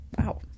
Wow